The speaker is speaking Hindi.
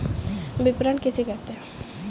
विपणन किसे कहते हैं?